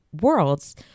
worlds